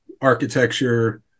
architecture